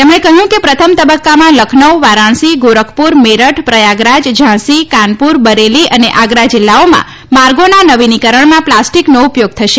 તેમણે કહ્યું કે પ્રથમ તબક્કામાં લખનૌ વારાણસી ગોરખપુર મેરઠ પ્રયાગરાજ ઝાંસી કાનપુર બરેલી અને આગ્રા જિલ્લાઓમાં માર્ગોના નવીનીકરણમાં પ્લાસ્ટિકનો ઉપયોગ થશે